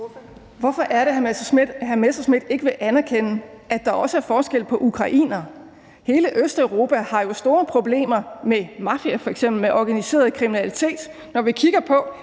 Hvorfor er det, at hr. Morten Messerschmidt ikke vil anerkende, at der også er forskel på ukrainere? Hele Østeuropa har jo store problemer med mafia f.eks., med organiseret kriminalitet. Når vi kigger på